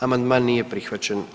Amandman nije prihvaćen.